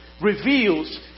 reveals